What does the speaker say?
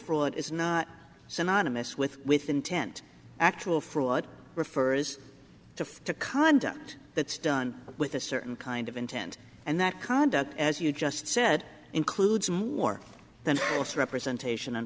fraud is not synonymous with with intent actual fraud refers to the conduct that's done with a certain kind of intent and that conduct as you just said includes more than was representation